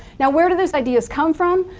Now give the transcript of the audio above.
now where are those ideas come from?